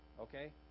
Okay